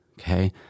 okay